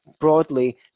broadly